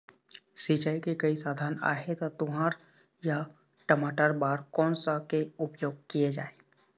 सिचाई के कई साधन आहे ता तुंहर या टमाटर बार कोन सा के उपयोग किए जाए?